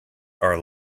are